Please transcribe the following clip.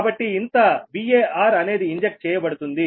కాబట్టి ఇంత VAR అనేది ఇంజెక్ట్ చేయబడింది